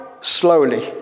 slowly